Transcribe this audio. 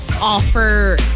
offer